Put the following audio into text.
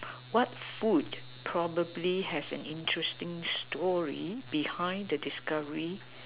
what food probably has an interesting story behind the discovery